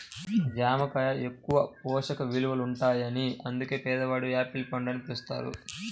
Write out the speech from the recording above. జామ కాయ ఎక్కువ పోషక విలువలుంటాయని అందుకే పేదవాని యాపిల్ పండు అని పిలుస్తారు